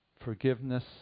forgiveness